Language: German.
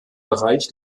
bereich